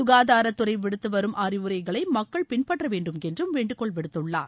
சுகாதாரத்துறை விடுத்துவரும் அறிவுரைகளை மக்கள் பின்பற்ற வேண்டும் என்று வேண்டுகோள் விடுத்துள்ளார்